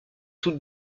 toutes